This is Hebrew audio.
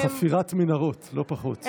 חפירת מנהרות, לא פחות.